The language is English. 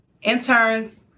interns